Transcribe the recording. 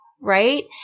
right